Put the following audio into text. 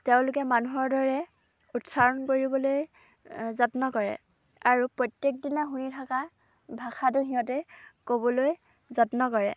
তেওঁলোকে মানুহৰ দৰে উচ্চাৰণ কৰিবলৈ যত্ন কৰে আৰু প্ৰত্যেকদিনাই শুনি থকা ভাষাটো সিঁহতে ক'বলৈ যত্ন কৰে